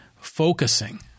focusing